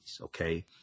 Okay